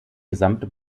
gesamte